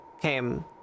came